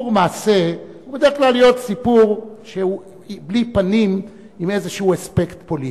סיפור מעשה הוא בדרך כלל סיפור שהוא בלי פנים עם איזשהו אספקט פוליטי.